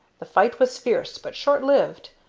the fight was fierce, but short-lived.